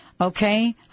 Okay